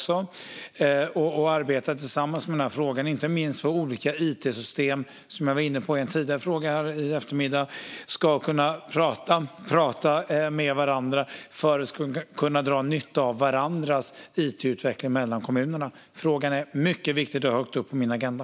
Samarbetet gäller inte minst att olika it-system ska kunna prata med varandra, som jag var inne på i samband med en tidigare fråga, för att kommunerna ska kunna dra nytta av varandras it-utveckling. Frågan är mycket viktig och står högt upp på min agenda.